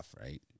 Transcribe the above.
right